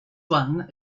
one